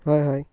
হয় হয়